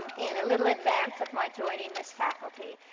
and in a little advance of my joining this faculty.